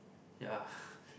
ya